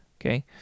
Okay